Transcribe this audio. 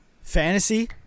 fantasy